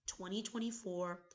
2024